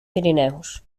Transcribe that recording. pirineus